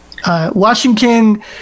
Washington